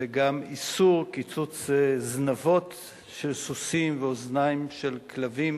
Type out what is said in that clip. וגם את איסור קיצוץ זנבות של סוסים ואוזניים של כלבים